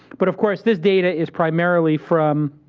but, of course, this data is primarily from